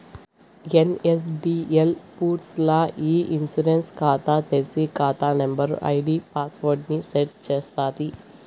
NSDL పూర్స్ ల్ల ఇ ఇన్సూరెన్స్ కాతా తెర్సి, కాతా నంబరు, ఐడీ పాస్వర్డ్ ని సెట్ చేస్తాది